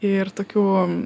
ir tokių